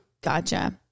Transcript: Gotcha